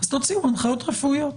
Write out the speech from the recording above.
אז תוציאו הנחיות רפואיות,